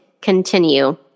continue